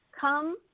come